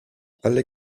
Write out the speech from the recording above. alle